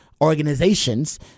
organizations